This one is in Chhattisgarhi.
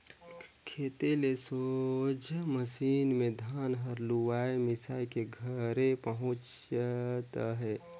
खेते ले सोझ मसीन मे धान हर लुवाए मिसाए के घरे पहुचत अहे